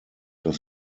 das